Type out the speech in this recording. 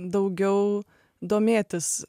daugiau domėtis